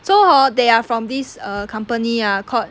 so hor they are from these are company are called